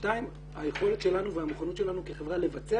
היכולת שלנו והמוכנות שלנו כחברה לבצע